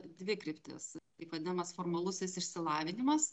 dvi kryptis taip vadinamas formalusis išsilavinimas